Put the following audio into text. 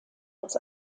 als